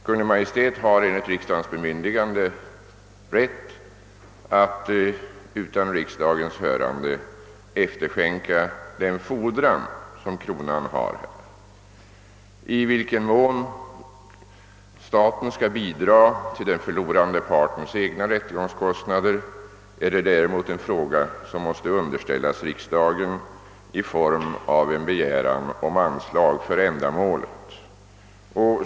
Kungl. Maj:t har enligt riksdagens bemyndigande rätt att utan hörande av riksdagen efterskänka den ford ran som kronan har. I vilken mån staten skall bidra till den förlorande partens egna rättegångskostnader är däremot en fråga, som måste underställas riksdagen i form av en begäran om anslag för ändamålet.